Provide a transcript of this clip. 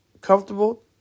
comfortable